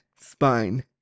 spine